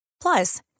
Plus